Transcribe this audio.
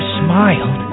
smiled